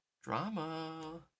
drama